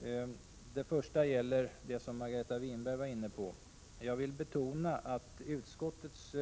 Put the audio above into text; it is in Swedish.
För att börja med det som Margareta Winberg var inne på vill jag betona att utskottets